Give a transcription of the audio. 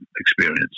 experience